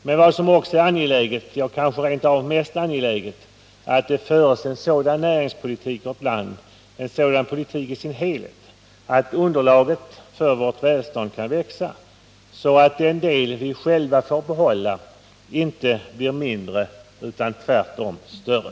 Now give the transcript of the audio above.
Men vad som också är angeläget — ja, kanske rent av mest angeläget — är att det förs en sådan näringspolitik, en sådan politik över huvud taget, att underlaget för vårt välstånd kan växa så att den del vi själva får behålla inte blir mindre utan tvärtom större.